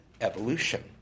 evolution